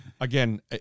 Again